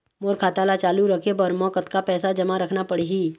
मोर खाता ला चालू रखे बर म कतका पैसा जमा रखना पड़ही?